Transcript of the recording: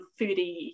foodie